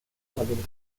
erledigen